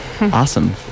Awesome